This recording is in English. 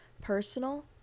personal